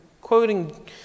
quoting